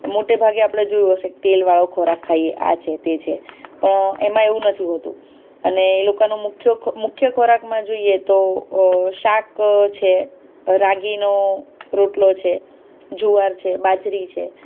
મોટેભાગે આપણે જોયું હશે કે તેલવાળો ખોરાક ખાઈએ આ છે તે છે પણ એમાં એવું નથી હોતું અને એ લોકાનું મુખ્ય ખોરાકમાં જોઈએ તો શાક છે રાગીનો રોટલો છે જુવાર છે બાજરી છે